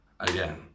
Again